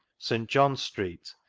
st. john's street,